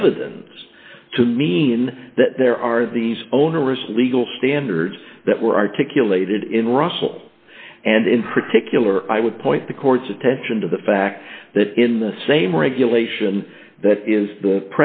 evidence to mean that there are these onerous legal standards that were articulated in russell and in particular i would point the court's attention to the fact that in the same regulation that is the